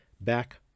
Back